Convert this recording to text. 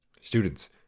Students